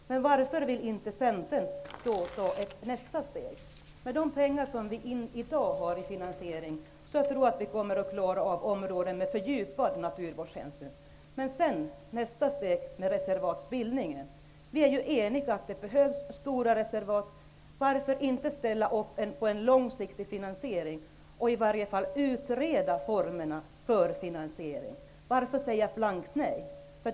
Men varför vill inte Centern då ta nästa steg? Med de pengar som vi i dag har till finansiering tror jag att vi klarar av områden som kräver fördjupad naturvårdshänsyn. Men hur blir det med nästa steg, alltså med reservatsbildningen? Vi är eniga om att det behövs stora reservat. Varför då inte ställa upp på en långsiktig finansiering eller i varje fall på en utredning av formerna för en finansiering? Varför säga blankt nej?